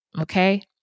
Okay